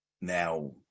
Now